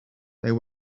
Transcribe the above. there